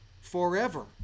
forever